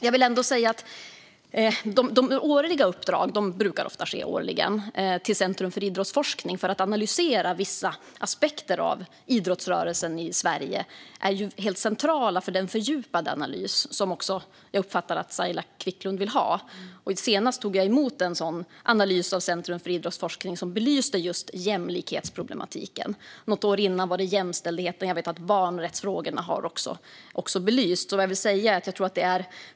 De uppdrag som årligen brukar ges till Centrum för idrottsforskning för att analysera vissa aspekter av idrottsrörelsen i Sverige är helt centrala för den fördjupade analys som jag uppfattar att Saila Quicklund vill ha. Jag har tagit emot den senaste analysen från Centrum för idrottsforskning, och den belyste just jämlikhetsproblematiken. Något år tidigare var det jämställdhet, och jag vet att också barnrättsfrågor har belysts.